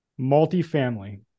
Multifamily